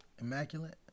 Immaculate